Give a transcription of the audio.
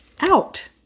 Out